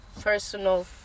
personal